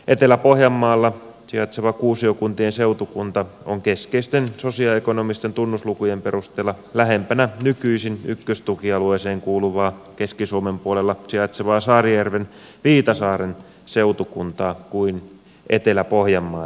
etelä pohjanmaalla sijaitseva kuusiokuntien seutukunta on keskeisten sosioekonomisten tunnuslukujen perusteella lähempänä nykyisin ykköstukialueeseen kuuluvaa keski suomen puolella sijaitsevaa saarijärven viitasaaren seutukuntaa kuin etelä pohjanmaata keskimäärin